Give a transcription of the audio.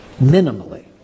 minimally